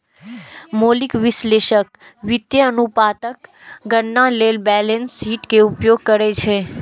मौलिक विश्लेषक वित्तीय अनुपातक गणना लेल बैलेंस शीट के उपयोग करै छै